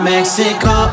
Mexico